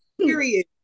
Period